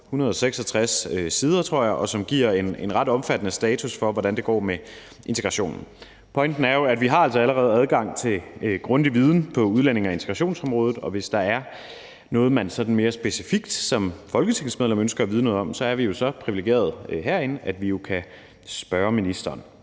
166 sider, tror jeg, og som giver en ret omfattende status for, hvordan det går med integrationen. Pointen er jo, at vi altså allerede har adgang til grundig viden på udlændinge- og integrationsområdet, og hvis der er noget, man sådan mere specifikt som folketingsmedlem ønsker at vide noget om, så er vi jo så priviligerede herinde, at vi kan spørge ministeren.